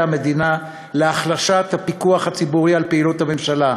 המדינה להחליש את הפיקוח הציבורי על פעילות הממשלה,